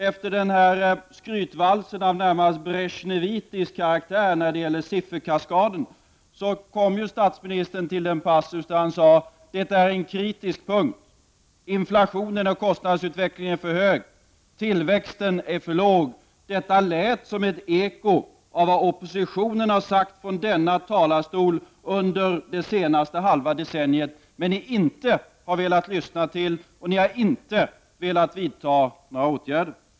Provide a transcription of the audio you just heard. Efter en skrytvals av närmast ”Bresjnevitisk” karaktär när det gäller sifferkaskaden, kom statsministern till den passus där han sade att det är fråga om en kritisk punkt, att inflationen och kostnadsutvecklingen är för höga och att tillväxten är för låg. Detta lät som ett eko av vad oppositionen har sagt från denna talarstol under det senaste halva decenniet, något som socialdemokraterna däremot inte har velat lyssna till och vilket inte har lett till att socialdemokraterna har vidtagit några åtgärder.